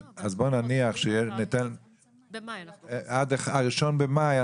אז בואו נניח שניתן שבוע לעדכון עד 1 במאי.